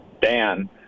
Dan